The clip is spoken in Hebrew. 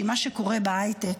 עם מה שקורה בהייטק,